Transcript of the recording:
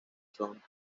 son